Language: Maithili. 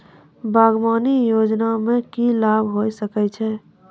बागवानी योजना मे की लाभ होय सके छै?